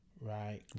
right